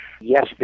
Yes